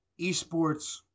esports